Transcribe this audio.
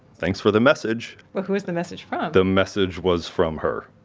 thanks for the message. but who was the message from? the message was from her.